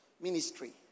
ministry